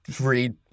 read